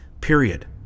Period